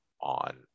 on